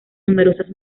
numerosas